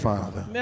Father